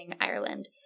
Ireland